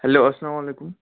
hello اَسلامُ علیکُم